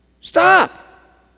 Stop